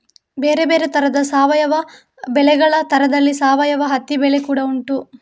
ಬೇರೆ ಬೇರೆ ತರದ ಸಾವಯವ ಬೆಳೆಗಳ ತರದಲ್ಲಿ ಸಾವಯವ ಹತ್ತಿ ಬೆಳೆ ಕೂಡಾ ಉಂಟು